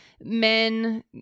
men